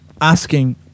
Asking